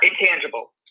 intangible